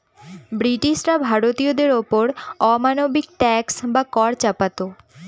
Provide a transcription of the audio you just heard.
ব্রিটিশরা ভারতীয়দের ওপর অমানবিক ট্যাক্স বা কর চাপাতো